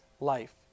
life